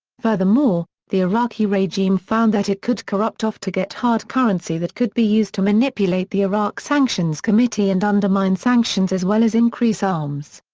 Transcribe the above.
furthermore, the iraqi regime found that it could corrupt off to get hard currency that could be used to manipulate the iraq sanctions committee and undermine sanctions as well as increase arms.